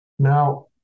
Now